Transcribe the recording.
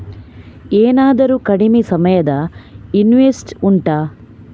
ಏನಾದರೂ ಕಡಿಮೆ ಸಮಯದ ಇನ್ವೆಸ್ಟ್ ಉಂಟಾ